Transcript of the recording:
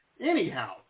Anyhow